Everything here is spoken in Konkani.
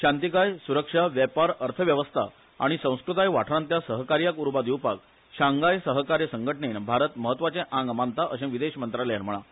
शांतीकाय सुरक्षा वेपार अर्थवेवस्था आनी संस्कृताय वाठारांतल्या सहकार्याक उर्बा दिवपाक शांघाय सहकार्य संघटनेक भारत मत्वाचे आंग मानता अशे विदेश मंत्रालयान म्हळा